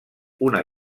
una